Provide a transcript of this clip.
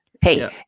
Hey